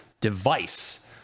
device